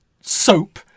soap